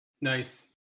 Nice